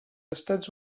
estats